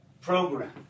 program